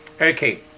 Okay